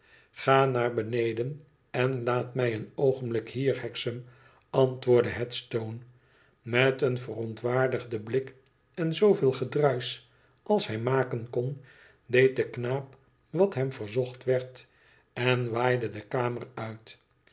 ga naar beneden en laat mij een oogenblik hier hexam antwoordde headstone met een verontwaardigden blik en zooveel gedruisch als hij maken kon deed de knaap wat hem verzocht werd en zwaaide de kamer uit